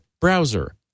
browser